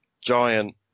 giant